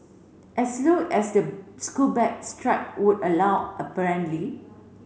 as low as the school bag strap would allow apparently